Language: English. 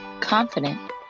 confident